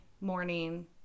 morning